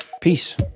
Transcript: Peace